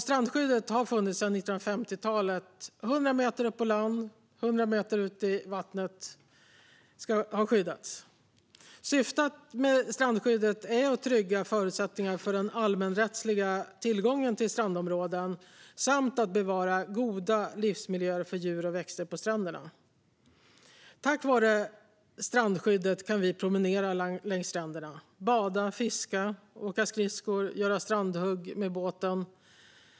Strandskyddet har funnits sedan 1950-talet - 100 meter upp på land och 100 meter ut i vattnet har skyddats. Syftet med strandskyddet är att trygga förutsättningarna för den allemansrättsliga tillgången till strandområden samt att bevara goda livsmiljöer för djur och växter på stränderna. Tack vare strandskyddet kan vi promenera längs stränderna, bada, fiska, åka skridskor eller göra strandhugg med båten.